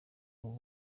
ubu